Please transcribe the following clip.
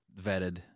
vetted